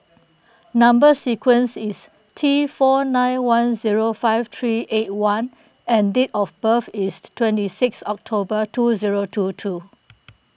Number Sequence is T four nine one zero five three eight one and date of birth is twenty six October two zero two two